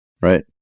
right